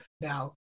Now